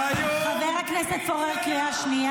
והיום --- עזוב, תגיד, מי היה?